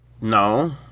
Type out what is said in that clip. No